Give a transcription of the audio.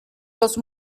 los